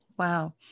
Wow